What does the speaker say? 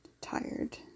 tired